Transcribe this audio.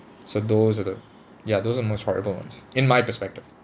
so those are the ya those are the most horrible ones in my perspective